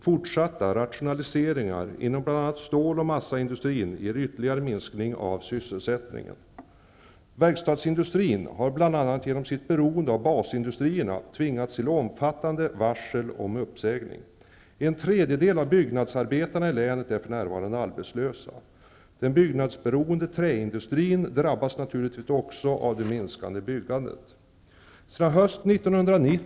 Fortsatta rationaliseringar inom bl.a. stål och massaindustrin ger ytterligare minskning av sysselsättningen. Verkstadsindustrin har bl.a. genom sitt beroende av basindustrierna tvingats till omfattande varsel om uppsägning. En tredjedel av byggnadsarbetarna i länet är f.n. arbetslösa. Den byggnadsberoende träindustrin drabbas naturligtvis också av det minskade byggandet.